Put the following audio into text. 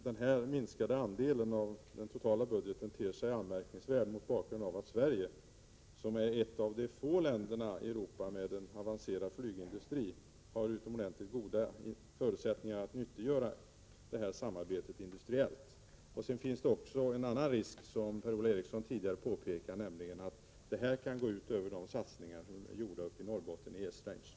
Denna minskade andel av den totala budgeten ter sig anmärkningsvärd mot bakgrund av att Sverige är ett av de få länderna i Europa som har en avancerad flygindustri och utomordentligt goda förutsättningar att nyttiggöra detta samarbete industriellt. Det finns också en annan risk, som Per-Ola Eriksson tidigare påpekade, nämligen att detta kan gå ut över de satsningar som är gjorda i Norrbotten på Esrange.